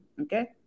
okay